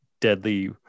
Deadly